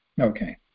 Okay